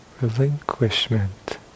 relinquishment